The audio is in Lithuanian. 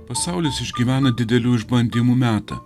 pasaulis išgyvena didelių išbandymų metą